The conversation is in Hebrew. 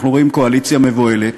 אנחנו רואים קואליציה מבוהלת